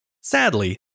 Sadly